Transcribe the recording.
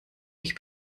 ich